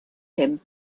him